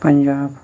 Punjab